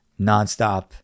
nonstop